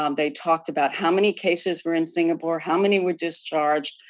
um they talked about how many cases were in singapore, how many were discharged.